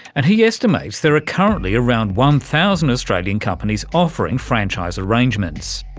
and he estimates there are currently around one thousand australian companies offering franchise arrangements.